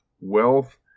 wealth